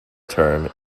term